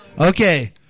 Okay